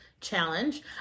challenge